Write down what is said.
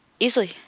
Easily